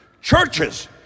churches